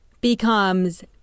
Becomes